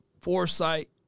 foresight